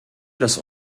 dass